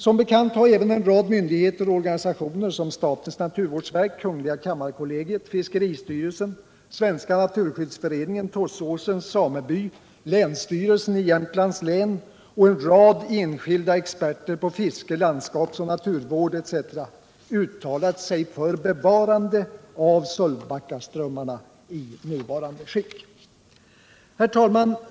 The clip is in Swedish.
Som bekant har även en rad myndigheter och organisationer såsom statens naturvårdsverk, kammarkollegiet, fiskeristyrelsen, Svenska Naturskyddsföreningen, Tåssåsens sameby, länsstyrelsen i Jämtlands län och en rad enskilda experter på fiske-, landskapsoch naturvård etc. uttalat sig för bevarande av Sölvbackaströmmarna i nuvarande skick. Herr talman!